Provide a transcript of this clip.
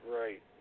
Right